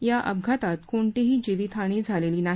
या अपघातात कोणतीही जिवीतहानी झालेली नाही